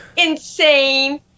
insane